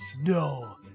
No